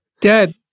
Dad